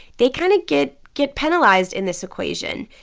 they kind of get get penalized in this equation.